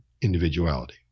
individuality